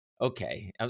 okay